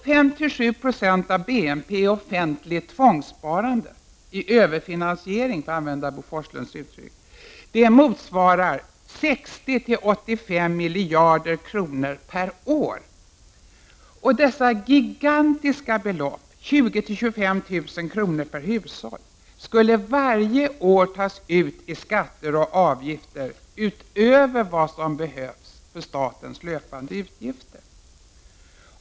5-7 90 av BNP i offentligt tvångssparande — i överfinansiering, för att använda Bo Forslunds uttryck — motsvarar 60-85 miljarder kronor per år. Dessa gigantiska belopp — 20 000-25 000 kr. per hushåll — skulle varje år tas ut i skatter och avgifter utöver vad som behövs för statens löpande utgifter. Herr talman!